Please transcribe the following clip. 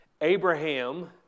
Abraham